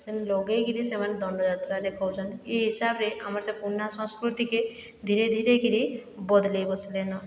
ସେନେ ଲଗେଇକିରି ସେମାନେ ଦଣ୍ଡଯାତ୍ରା ଦେଖଉଛନ୍ତି ଇ ହିସାବରେ ଆମର୍ ସେ ପୁରୁନା ସଂସ୍କୃତିକେ ଧିରେ ଧିରେକିରି ବଦଲେଇ ବସିଲେନ